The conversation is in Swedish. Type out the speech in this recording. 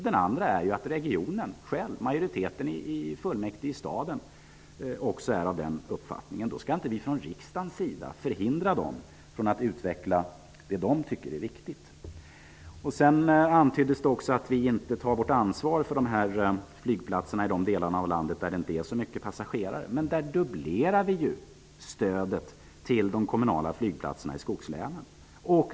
Den andra är att regionen själv, majoriteten i stadens fullmäktige, är också av den uppfattningen. Då skall vi inte från riksdagens sida förhindra stockholmarna från att utveckla det de tycker är viktigt. Det antyddes också att vi inte tar vårt ansvar för flygplatserna i de delar av landet där det inte finns så många passagerare. Men vi har ju fördubblat stödet till de kommunala flygplatserna i skogslänen.